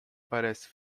parece